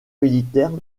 militaire